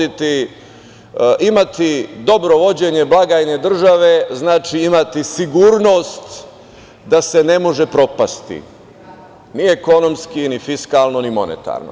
Imati dobro vođenje blagajne države, znači imati sigurnost da se ne može propasti ni ekonomski, ni fiskalno, ni monetarno.